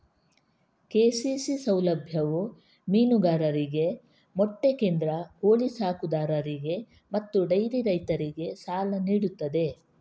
KCC ಸೌಲಭ್ಯವು ಮೀನುಗಾರರಿಗೆ, ಮೊಟ್ಟೆ ಕೇಂದ್ರ, ಕೋಳಿ ಸಾಕುದಾರರಿಗೆ ಮತ್ತು ಡೈರಿ ರೈತರಿಗೆ ಸಾಲ ನೀಡುತ್ತದೆ